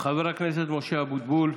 חבר הכנסת משה אבוטבול.